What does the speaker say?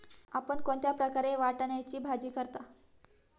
आपण कोणत्या प्रकारे वाटाण्याची भाजी करता?